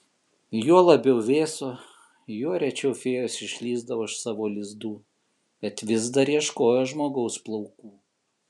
juo labiau vėso juo rečiau fėjos išlįsdavo iš savo lizdų bet vis dar ieškojo žmogaus plaukų